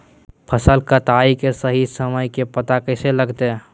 फसल कटाई के सही समय के पता कैसे लगते?